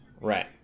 Right